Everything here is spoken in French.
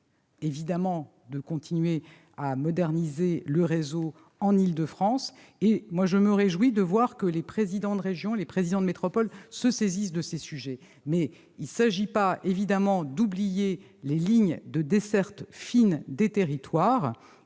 évidemment de continuer à moderniser le réseau en Île-de-France. Je me réjouis de voir que les présidents de région et les présidents de métropole se saisissent de ces sujets. Il ne s'agit pas d'oublier les lignes de desserte fine des territoires.